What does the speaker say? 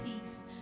peace